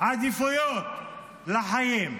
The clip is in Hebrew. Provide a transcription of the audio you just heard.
עדיפויות לחיים.